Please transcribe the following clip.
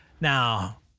Now